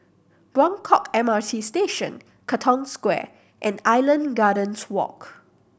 Buangkok M R T Station Katong Square and Island Gardens Walk